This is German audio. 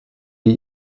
wir